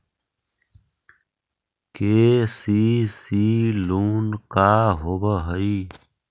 KCC loan का होब हइ?